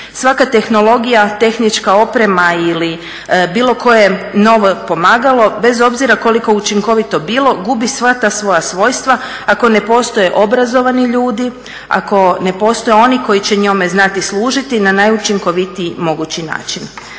Svaka tehnologija, tehnička oprema ili bilo koje novo pomagalo bez obzira koliko učinkovito bilo gubi sva ta svoja svojstva ako ne postoje obrazovani ljudi, ako ne postoje oni koji će njome znati služiti na najučinkovitiji mogući način.